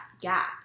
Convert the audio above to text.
gap